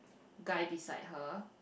guy beside her